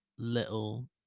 little